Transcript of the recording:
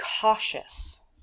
cautious